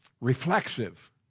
reflexive